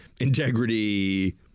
integrity